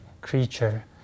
creature